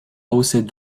haussait